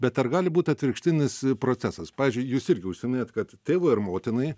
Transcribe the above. bet ar gali būt atvirkštinis procesas pavyzdžiui jūs irgi užsiminėt kad tėvui ar motinai